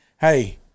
hey